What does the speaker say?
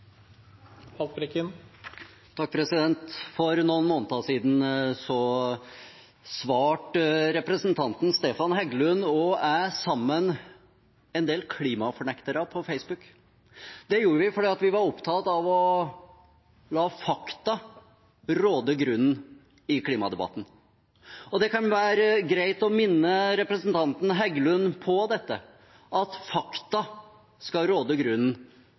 For noen måneder siden svarte representanten Stefan Heggelund og jeg sammen en del klimafornektere på Facebook. Det gjorde vi fordi vi var opptatt av å la fakta råde grunnen i klimadebatten. Det kan være greit å minne representanten Heggelund på dette, at fakta skal råde grunnen